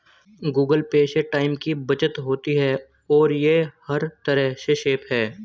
Google Pay से time की बचत होती है और ये हर तरह से सेफ है